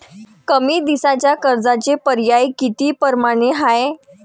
कमी दिसाच्या कर्जाचे पर्याय किती परमाने हाय?